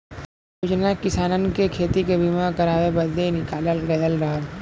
इ योजना किसानन के खेती के बीमा करावे बदे निकालल गयल रहल